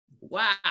Wow